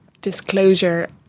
disclosure